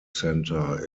centre